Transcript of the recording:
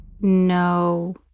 No